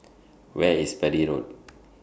Where IS Parry Road